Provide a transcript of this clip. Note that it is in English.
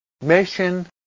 mission